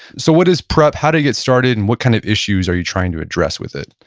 so, what is prep, how to get started, and what kind of issues are you trying to address with it?